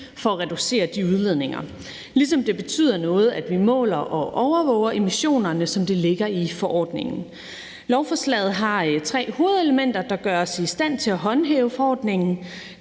til at reducere de udledninger, ligesom det betyder noget, at vi måler og overvåger emissionerne, som det ligger i forordningen. Lovforslaget har tre hovedelementer, der gør os i stand til at håndhæve forordningen.